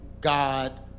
God